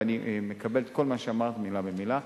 ואני מקבל את כל מה שאמרת מלה במלה.